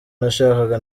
nashakaga